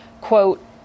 quote